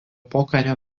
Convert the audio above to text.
pokario